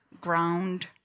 ground